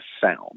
sound